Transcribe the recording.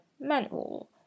manual